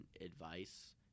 advice